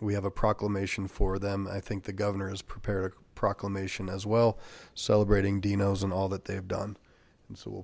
we have a proclamation for them i think the governor has prepared a proclamation as well celebrating dino's and all that they have done and so we'll